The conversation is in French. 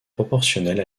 proportionnelle